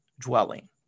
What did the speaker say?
dwelling